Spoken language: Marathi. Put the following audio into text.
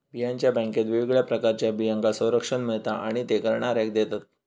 बियांच्या बॅन्केत वेगवेगळ्या प्रकारच्या बियांका संरक्षण मिळता आणि ते करणाऱ्याक देतत